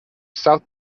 south